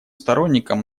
сторонником